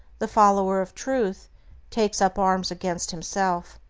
the follower of truth takes up arms against himself.